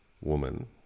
woman